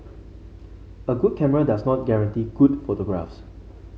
a good camera does not guarantee good photographs